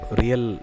real